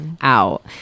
out